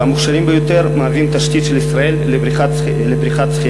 והמוכשרים ביותר מהווים את התשתית של ישראל לבריכת השחייה